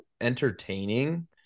entertaining